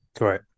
Right